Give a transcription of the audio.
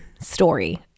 story